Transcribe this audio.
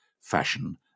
fashion